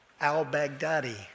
al-Baghdadi